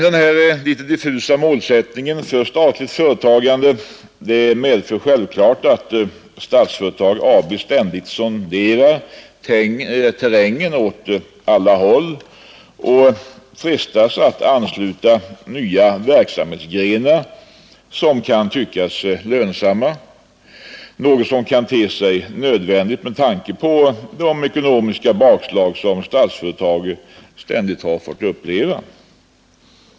Den diffusa målsättningen för statligt företagande medför självfallet att Statsföretag AB ständigt sonderar terrängen åt alla håll och frestas ansluta nya verksamhetsgrenar som förefaller lönsamma, något som kan te sig nödvändigt med tanke på de ekonomiska bakslag Statsföretag ständigt har fått uppleva.